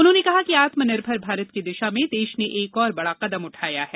उन्होंने कहा कि आत्मनिर्भर भारत की दिशा में देश ने एक और बड़ा कदम उठाया है